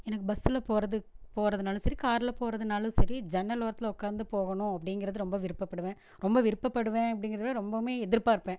எனக்கு பஸ்சில் போகிறது போகிறதுனாலும் சரி காரில் போகிறதுனாலும் சரி ஜன்னல் ஓரத்தில் உட்காந்து போகணும் அப்படிங்கிறது ரொம்ப விருப்பப்படுவேன் ரொம்ப விருப்பப்படுவேன் அப்படிங்கிறத விட ரொம்பவுமே எதிர்பார்ப்பேன்